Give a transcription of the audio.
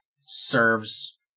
serves